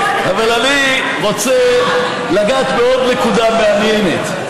אבל אני רוצה לגעת בעוד נקודה מעניינת: